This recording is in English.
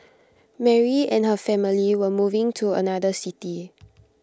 Mary and her family were moving to another city